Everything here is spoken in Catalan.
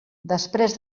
després